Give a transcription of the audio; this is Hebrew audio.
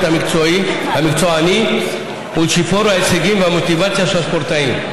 המקצועי ולשיפור ההישגים והמוטיבציה של הספורטאים.